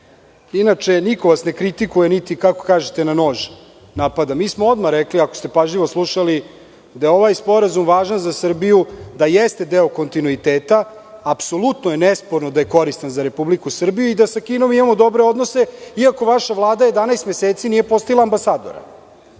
Inače, niko vas ne kritikuje niti, kako kažete, na nož napada. Mi smo odmah rekli, ako ste pažljivo slušali, da je ovaj sporazum važan za Srbiju, da jeste deo kontinuiteta, apsolutno je nesporno da je koristan za Republiku Srbiju i da sa Kinom imamo dobre odnose, iako vaša Vlada 11 meseci nije postavila ambasadora.